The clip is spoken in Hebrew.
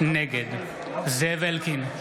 נגד זאב אלקין,